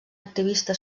activista